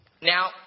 Now